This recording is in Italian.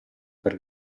per